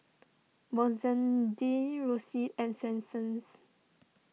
Roxy and Swensens